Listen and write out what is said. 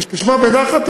תשמע בנחת,